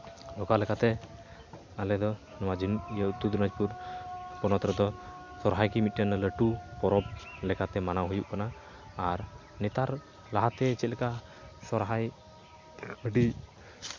ᱚᱠᱟ ᱞᱮᱠᱟᱛᱮ ᱟᱞᱮ ᱫᱚ ᱩᱛᱛᱚᱨ ᱫᱤᱱᱟᱡᱽᱯᱩᱨ ᱦᱚᱱᱚᱛ ᱨᱮᱫᱚ ᱥᱚᱨᱦᱟᱭ ᱜᱮ ᱢᱤᱫᱴᱮᱱ ᱞᱟᱹᱴᱩ ᱞᱮᱠᱟᱛᱮ ᱢᱟᱱᱟᱣ ᱦᱩᱭᱩᱜ ᱠᱟᱱᱟ ᱟᱨ ᱱᱮᱛᱟᱨ ᱞᱟᱦᱟᱛᱮ ᱪᱮᱫ ᱞᱮᱠᱟ ᱥᱚᱨᱦᱟᱭ ᱟᱹᱰᱤ